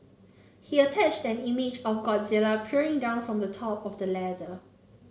he attached an image of Godzilla peering down from the top of the ladder